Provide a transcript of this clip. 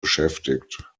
beschäftigt